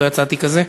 לא יצאתי כזה.